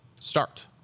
start